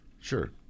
Sure